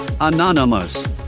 Anonymous